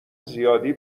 زیادی